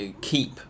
keep